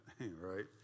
right